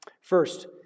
First